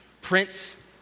Prince